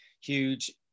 huge